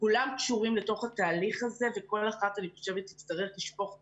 כולם קשורים לתוך התהליך הזה וכל אחת אני חושבת תצטרך לשפוך אור,